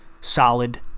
solid